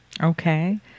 Okay